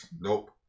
Nope